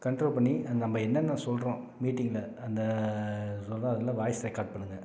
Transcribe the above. control பண்ணி அந்த நம்ம என்னென்ன சொல்கிறோம் மீட்டிங்கில் அந்த சொல்கிற அதில் வாய்ஸ் ரெக்கார்ட் பண்ணுங்கள்